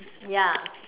ya